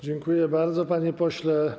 Dziękuję bardzo, panie pośle.